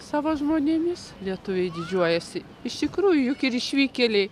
savo žmonėmis lietuviai didžiuojasi iš tikrųjų juk ir išvykėliai